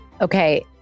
Okay